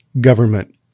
government